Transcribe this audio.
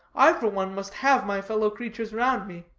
i for one must have my fellow-creatures round me.